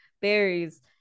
berries